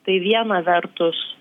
tai viena vertus